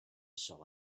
shall